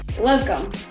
Welcome